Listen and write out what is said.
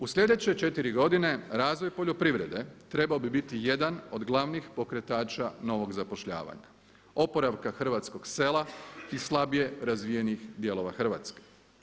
U sljedeće 4 godine razvoj poljoprivrede trebao bi biti jedan od glavnih pokretača novog zapošljavanja, oporavka hrvatskog sela i slabije razvijenih dijelova Hrvatske.